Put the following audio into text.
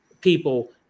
people